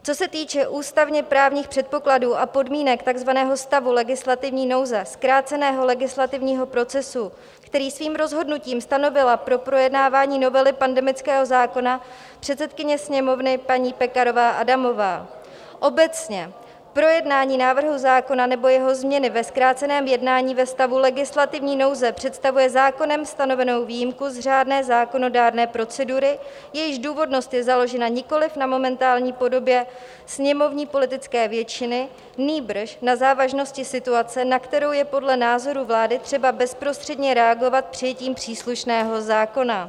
Co se týče ústavněprávních předpokladů a podmínek takzvaného stavu legislativní nouze, zkráceného legislativního procesu, který svým rozhodnutím stanovila pro projednávání novely pandemického zákona předsedkyně Sněmovny paní Pekarová Adamová, obecně projednání návrhu zákona nebo jeho změny ve zkráceném jednání ve stavu legislativní nouze představuje zákonem stanovenou výjimku z řádné zákonodárné procedury, jejíž důvodnost je založena nikoli na momentální podobě sněmovní politické většiny, nýbrž na závažnosti situace, na kterou je podle názoru vlády třeba bezprostředně reagovat přijetím příslušného zákona.